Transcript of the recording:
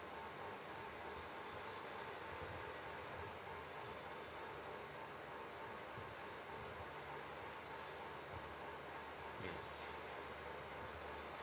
mm